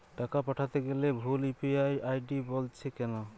টাকা পাঠাতে গেলে ভুল ইউ.পি.আই আই.ডি বলছে কেনো?